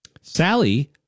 Sally